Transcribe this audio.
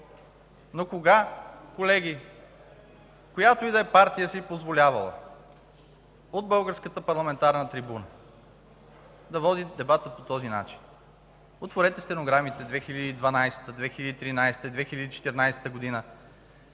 Но кога, колеги, която и да е партия си е позволявала от българската парламентарна трибуна да води дебата по този начин? Отворете стенограмите от 2012-а, 2013-а и 2014 г.,